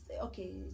Okay